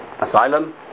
asylum